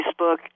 Facebook